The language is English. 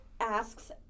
asks